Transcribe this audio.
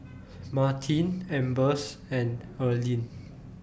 Martin Ambers and Earlean